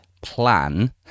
plan